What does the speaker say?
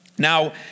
Now